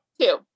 two